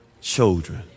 children